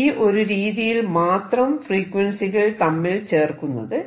ഈ ഒരു രീതിയിൽ മാത്രം ഫ്രീക്വൻസികൾ തമ്മിൽ ചേർക്കുന്നത്